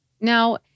Now